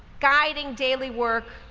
guiding daily work,